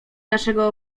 naszego